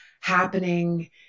happening